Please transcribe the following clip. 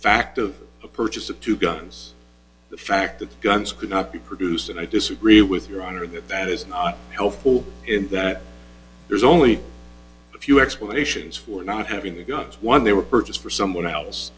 fact of the purchase of two guns the fact that guns could not be produced and i disagree with your honor that that is not helpful in that there's only a few explanations for not having the guns one they were purchased for someone else